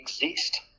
exist